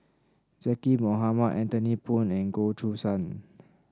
Zaqy Mohamad Anthony Poon and Goh Choo San